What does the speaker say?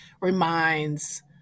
reminds